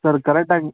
sir ಕರೆಕ್ಟಾಗಿ